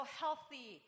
healthy